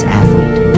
athlete